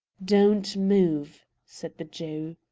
don't move! said the jew.